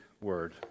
word